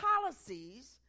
policies